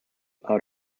out